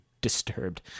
disturbed